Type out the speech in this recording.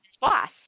boss